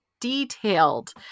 detailed